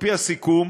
על-פי הסיכום,